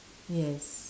yes